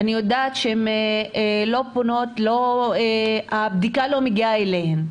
אני יודעת שהן לא פונות, הבדיקה לא מגיעה אליהן.